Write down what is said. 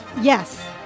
Yes